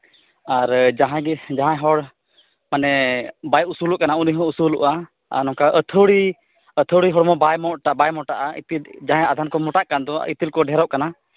ᱟᱨ ᱡᱟᱦᱟᱸᱭ ᱜᱮ ᱡᱟᱦᱟᱸᱭ ᱦᱚᱲ ᱢᱟᱱᱮ ᱵᱟᱭ ᱩᱥᱩᱞᱚᱜ ᱠᱟᱱᱟ ᱩᱱᱤ ᱦᱚᱸᱭ ᱩᱥᱩᱞᱚᱜᱼᱟ ᱟᱨ ᱚᱝᱠᱟ ᱟᱹᱛᱷᱟᱹᱣᱲᱤ ᱟᱹᱛᱷᱟᱹᱣᱲᱤ ᱦᱚᱲᱢᱚ ᱵᱟᱭ ᱢᱚᱴᱟᱜᱼᱟ ᱡᱟᱦᱟᱸᱭ ᱟᱫᱚᱢ ᱠᱚ ᱢᱚᱴᱟᱜ ᱠᱟᱱ ᱫᱚ ᱤᱛᱤᱞ ᱠᱚ ᱰᱷᱮᱨᱚᱜ ᱠᱟᱱᱟ